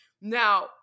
now